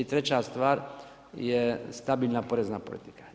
I treća stvar je stabilna porezna politika.